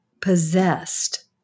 possessed